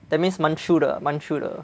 that means 蛮 chill 的蛮 chill 的